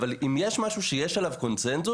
אבל אם יש משהו שיש עליו קונצנזוס,